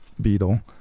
beetle